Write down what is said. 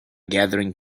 gathering